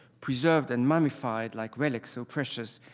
preserved and mummified like relics so precious,